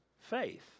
faith